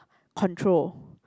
control